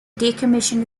decommissioned